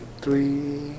three